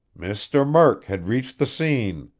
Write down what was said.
mr. murk had reached the scene!